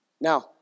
Now